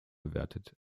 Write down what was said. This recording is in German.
gewertet